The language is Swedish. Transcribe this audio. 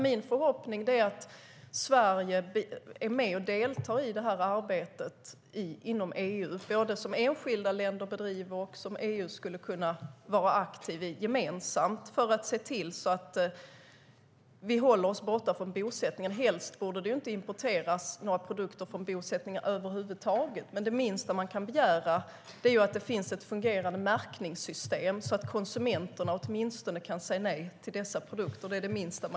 Min förhoppning är att Sverige är med och deltar i arbetet inom EU, som både enskilda länder bedriver och som EU gemensamt skulle kunna vara aktivt inom, för att se till att vi håller oss borta från bosättningar. Helst borde det inte importeras produkter från bosättningar över huvud taget. Det minsta man kan begära är dock att det finns ett fungerande märkningssystem så att åtminstone konsumenterna kan säga nej till produkterna.